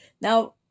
Now